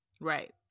right